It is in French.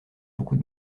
beaucoup